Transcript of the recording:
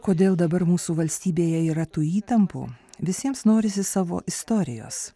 kodėl dabar mūsų valstybėje yra tų įtampų visiems norisi savo istorijos